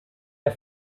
der